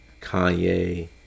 kanye